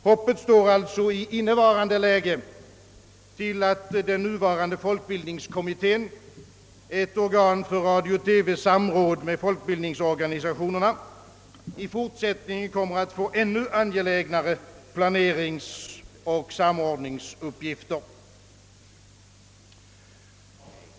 Hoppet står alltså i rådande läge till att den nuvarande folkbildningskommittén, ett organ för radio TV:s samråd med folkbildningsorganisationerna — i fortsättningen kommer att få ännu angelägnare planeringsoch samordningsuppgifter.